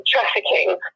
trafficking